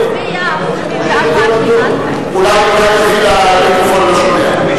להצביע על 74ג'. אולי תיגשי למיקרופון.